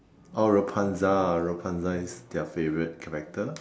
oh Rapunzel Rapunzel is their favourite character